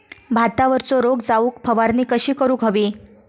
भातावरचो रोग जाऊक फवारणी कशी करूक हवी?